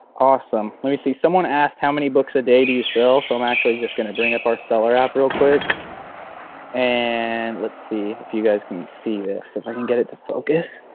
awesome. let me see, someone asked how many books a day do you sell? so i'm actually just going to bring up our seller app real quick and let's see if you guys can see this, if i can get it to focus.